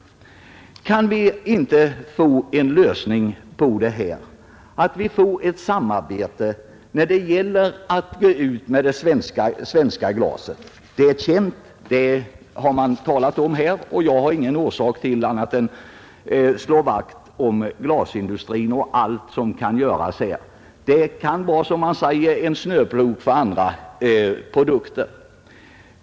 Skulle vi inte kunna åstadkomma en lösning genom ett samarbete när det gäller att gå ut med det svenska glaset på marknaden? Det har sagts att det svenska glaset är känt, och jag har ingen orsak att inte slå vakt kring glasindustrin eller att motsätta mig förslag om åtgärder för att hjälpa denna; vad som kan göras för glasindustrin i detta avseende kan, som man säger, verka som en snöplog för andra industrigrenar.